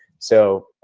so,